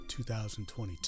2022